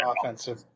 offensive